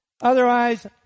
Otherwise